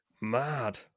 Mad